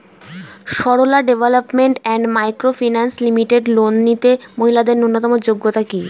Sarala development and micro finance limited loan নিতে মহিলাদের ন্যূনতম যোগ্যতা কী?